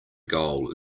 goal